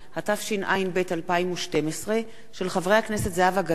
התשע"ב 2012, של חברי הכנסת זהבה גלאון